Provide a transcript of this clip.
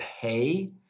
pay